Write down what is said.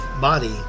body